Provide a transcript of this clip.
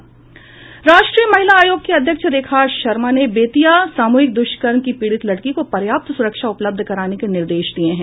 राष्ट्रीय महिला आयोग की अध्यक्ष रेखा शर्मा ने बेतिया सामूहिक दूष्कर्म की पीड़ित लड़की को पर्याप्त सुरक्षा उपलब्ध कराने के निर्देश दिये हैं